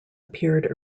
appeared